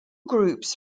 groups